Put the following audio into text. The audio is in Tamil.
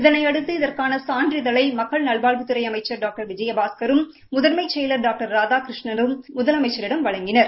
இதனையடுத்து இதற்கான சான்றிதழழ மக்கள் நல்வாழ்வுத்துறை அமைச்ச் டாக்டர் விஜயபாஸ்கரும் முதன்மை செயலர் டாக்டர் ராதாகிருஷ்ணனும் முதலமைச்சரிடம் வழங்கினர்